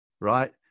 right